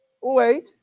Wait